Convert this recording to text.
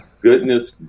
goodness